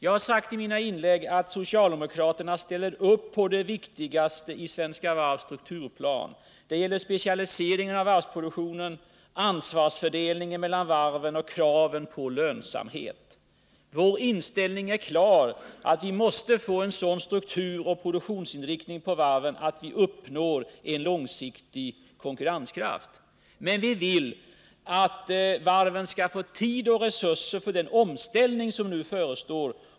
Jag har i mina inlägg sagt att socialdemokraterna ställer upp på det viktigaste i Svenska Varvs strukturplan. Det gäller specialiseringen av varvsproduktionen, ansvarsfördelningen mellan varven och kravet på lönsamhet. Vår inställning är klar: Vi måste få en sådan strukturoch produktionsinriktning på varven att vi uppnår en långsiktig konkurrenskraft. Men vi vill att varven skall få tid och resurser för den omställning som nu förestår.